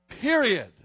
Period